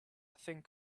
think